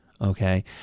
okay